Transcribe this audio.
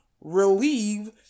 relieve